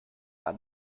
war